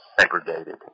segregated